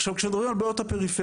עכשיו כשמדברים על בעיות הפריפריה,